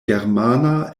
germana